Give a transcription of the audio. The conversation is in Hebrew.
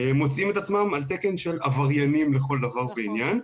מוצאים את עצמם על תקן של עבריינים לכל דבר ועניין,